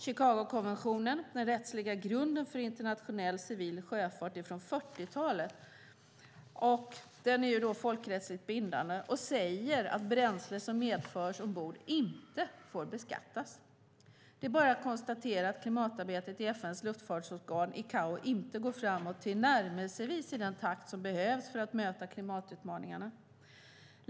Chicagokonventionen, den rättsliga grunden för internationell civil luftfart, är från 40-talet och är folkrättsligt bindande. Den säger att bränsle som medförs ombord inte får beskattas. Det är bara att konstatera att klimatarbetet i FN:s luftfartsorgan ICAO inte går framåt tillnärmelsevis i den takt som behövs för att möta klimatutmaningarna.